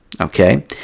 Okay